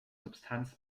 substanz